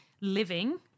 living